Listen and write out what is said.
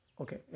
Okay